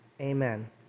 Amen